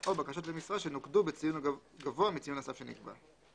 או בקשות למשרה שנוקדו בציון גבוה מציון הסף שנקבע.